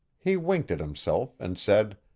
he winked at himself and said,